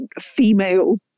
female